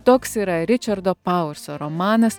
toks yra ričardo pauerso romanas